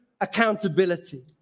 accountability